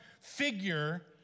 figure